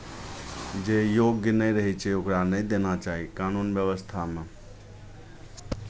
जे योग्य नहि रहै छै ओकरा नहि देना चाही कानून व्यवस्थामे